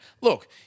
look